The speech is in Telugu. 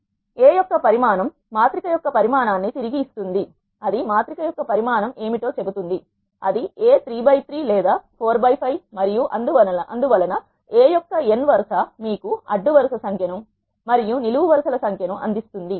A యొక్క పరిమాణం మాత్రిక యొక్క పరిమాణాన్ని తిరిగి ఇస్తుంది అది మాత్రిక యొక్క పరిమాణం ఏమిటో చెబుతుంది అది A 3 3 లేదా 4 5 మరియు అందువలన a యొక్కn వరుస మీకు అడ్డు వరుస సంఖ్య ను మరియు నిలువు వరుస ల సంఖ్య ను అందిస్తుంది